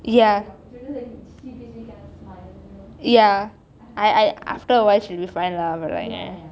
ya ya I I after a while she will be fine lah